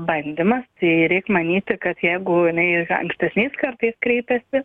bandymas tai reik manyti kad jeigu jinai ankstesniais kartais kreipiasi